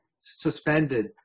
suspended